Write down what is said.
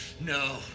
no